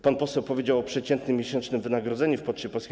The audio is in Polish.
Pan poseł powiedział o przeciętnym miesięcznym wynagrodzeniu w Poczcie Polskiej.